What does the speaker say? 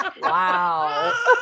Wow